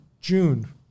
June